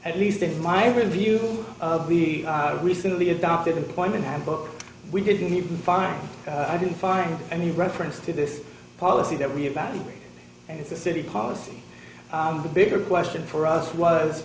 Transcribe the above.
at least in my review of the recently adopted employment handbook we couldn't even fire i didn't find any reference to this policy that we evaluated and it's a city policy the bigger question for us was